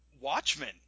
Watchmen